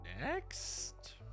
next